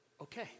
okay